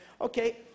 Okay